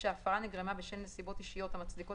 שההפרה נגרמה בשל נסיבות נסיבותאישיות המצדיקות